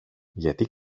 γιατί